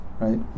Right